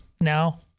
now